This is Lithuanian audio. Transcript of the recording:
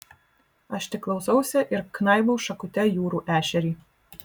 aš tik klausausi ir knaibau šakute jūrų ešerį